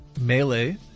melee